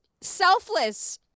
selfless